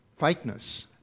fakeness